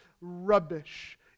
rubbish